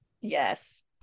Yes